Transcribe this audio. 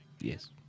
Yes